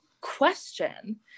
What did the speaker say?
question